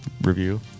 review